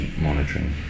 monitoring